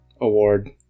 award